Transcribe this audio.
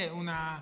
una